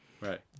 Right